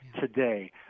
today